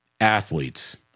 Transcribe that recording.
athletes